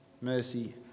mercy